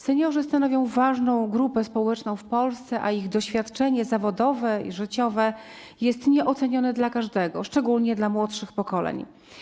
Seniorzy stanowią ważną grupę społeczną w Polsce, a ich doświadczenia zawodowe i życiowe są nieocenione dla każdego, szczególnie dla młodszych pokoleń.